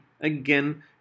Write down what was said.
again